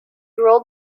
rolled